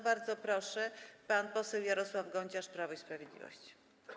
Bardzo proszę, pan poseł Jarosław Gonciarz, Prawo i Sprawiedliwość.